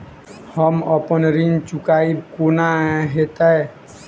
हम अप्पन ऋण चुकाइब कोना हैतय?